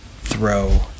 throw